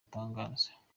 atangaza